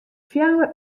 fjouwer